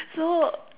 so